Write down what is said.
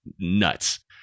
nuts